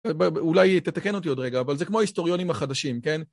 אולי תתקן אותי עוד רגע, אבל זה כמו ההיסטוריונים החדשים, כן?